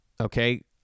okay